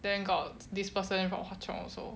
then got this person from hwa chong also